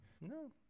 no